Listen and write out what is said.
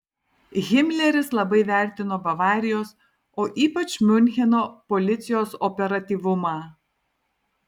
himleris labai vertino bavarijos o ypač miuncheno policijos operatyvumą